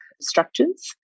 structures